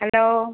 hello